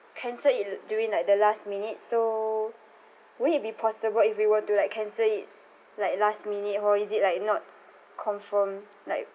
cancel it l~ during like the last minute so would it be possible if we were to like cancel it like last minute or is it like not confirmed like